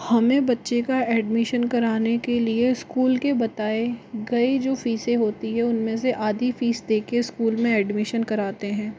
हमें बच्चे का एडमिशन कराने के लिए स्कूल के बताए गये जो फ़ीसें होती है उनमें से आधी फीस देकर स्कूल में एडमिशन कराते हैं